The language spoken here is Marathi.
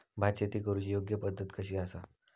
भात शेती करुची योग्य पद्धत कशी आसा?